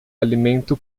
alimento